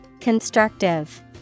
Constructive